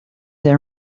then